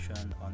on